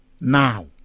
now